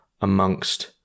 amongst